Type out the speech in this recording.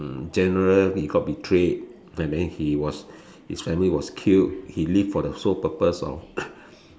general he got betrayed and then he was his family was killed he live for the sole purpose of